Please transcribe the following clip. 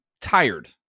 tired